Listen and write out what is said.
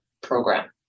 program